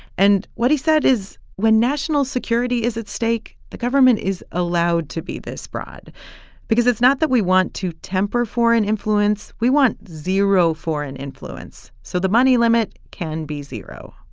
and what he said is, when national security is at stake, the government is allowed to be this broad because it's not that we want to temper foreign influence. we want zero foreign influence. so the money limit can be zero.